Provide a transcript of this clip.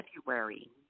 February